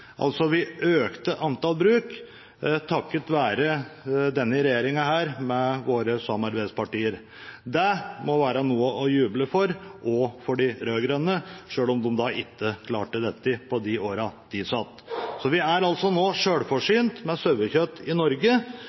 altså antall bruk, takket være denne regjeringen og våre samarbeidspartier. Det må være noe å juble for, også for de rød-grønne, selv om de ikke klarte dette på de årene de satt. Vi er nå selvforsynt med sauekjøtt i Norge.